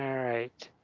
all right.